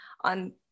on